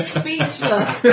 speechless